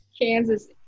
Kansas